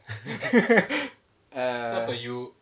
err